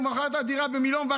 מכר את הדירה ב-1.5 מיליון,